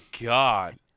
god